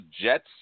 Jets